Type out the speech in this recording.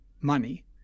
money